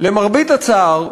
למרבה הצער,